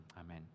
Amen